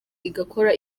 igakora